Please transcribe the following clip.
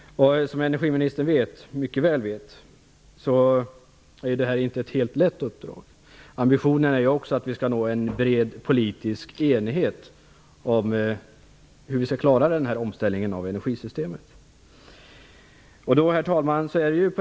Som energiministern mycket väl vet är detta inte ett helt lätt uppdrag. Ambitionen är också att vi skall nå en bred politisk enighet om hur vi skall klara omställningen av energisystemet. Herr talman!